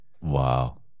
Wow